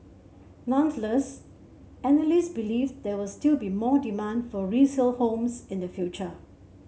nonetheless analysts believe there will still be more demand for resale homes in the future